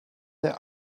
their